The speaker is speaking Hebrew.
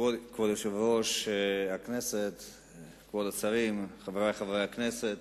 כבוד היושב-ראש, כבוד השרים, חברי חברי הכנסת,